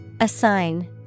Assign